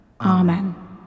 Amen